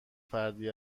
فردی